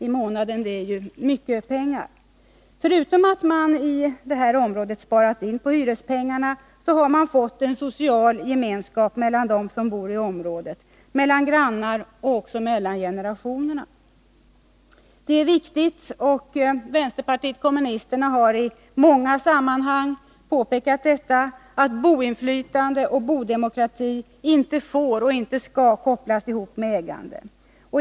i månaden är ju mycket pengar. Förutom att man i detta område sparat in på hyrespengarna har man fått en social gemenskap mellan dem som bor i området, mellan grannar och mellan generationer. Det är viktigt — vänsterpartiet kommunisterna har i många sammanhang påpekat detta — att boinflytande och bodemokrati inte får och inte skall kopplas ihop med ägande.